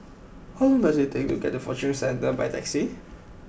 how long does it take to get to Fortune Centre by taxi